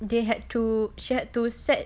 they had to share to set